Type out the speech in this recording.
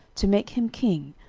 to make him king,